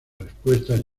respuestas